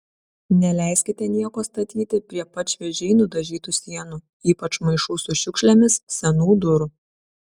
neleiskite nieko statyti prie pat šviežiai nudažytų sienų ypač maišų su šiukšlėmis senų durų